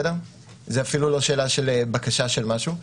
זה אפילו לא שאלה של בקשה של משהו,